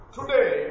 Today